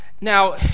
now